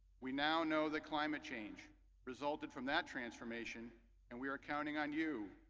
we now know that climate change resulted from that transformation and we are counting on you,